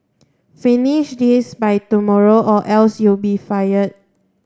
finish this by tomorrow or else you'll be fired